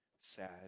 sad